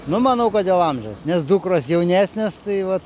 nu manau kad dėl amžiaus nes dukros jaunesnės tai vat